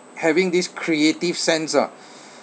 having this creative sense ah